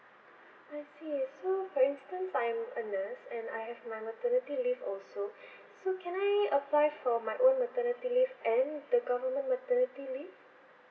okay so for instance I'm a nurse and I have my maternity leave also so can I apply for own maternity leave and the government maternity leave